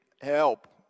help